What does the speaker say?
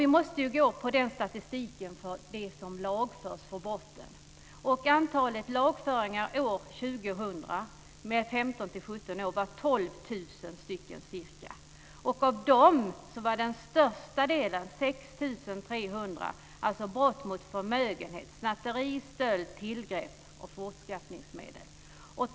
Vi måste gå på statistiken för dem som lagförs för brotten. Antalet lagföringar år 2000 för 15-17-åringar var ca 12 000. Av dem var den största delen, 6 300, brott mot förmögenhet, dvs. snatteri, stöld och tillgrepp av fortskaffningsmedel.